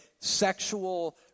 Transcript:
Sexual